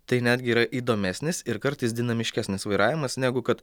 tai netgi yra įdomesnis ir kartais dinamiškesnis vairavimas negu kad